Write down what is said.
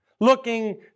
Looking